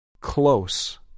Close